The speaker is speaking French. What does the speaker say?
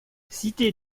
cité